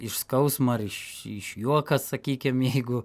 iš skausma ar iš iš juoka sakykim jeigu